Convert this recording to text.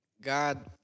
God